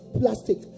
plastic